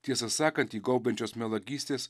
tiesą sakant jį gaubiančios melagystės